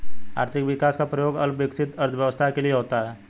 आर्थिक विकास का प्रयोग अल्प विकसित अर्थव्यवस्था के लिए होता है